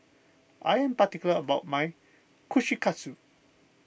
I am particular about my Kushikatsu